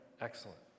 excellent